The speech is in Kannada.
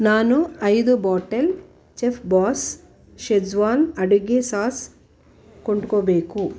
ನಾನು ಐದು ಬಾಟಲ್ ಚೆಫ್ಬಾಸ್ ಷೆಝ್ವಾನ್ ಅಡುಗೆ ಸಾಸ್ ಕೊಂಡ್ಕೊಳ್ಬೇಕು